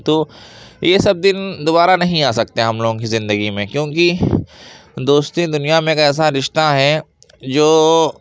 تو یہ سب دن دوبارہ نہیں آ سکتے ہم لوگوں کی زندگی میں کیونکہ دوستی دنیا میں ایک ایسا رشتہ ہے جو